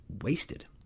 wasted